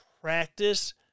practice